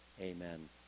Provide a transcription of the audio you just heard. amen